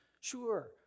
sure